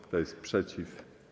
Kto jest przeciw?